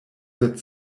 that